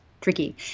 tricky